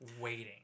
waiting